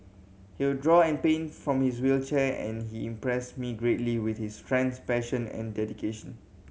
he would draw and paint from his wheelchair and he impressed me greatly with his strength passion and dedication